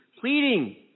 pleading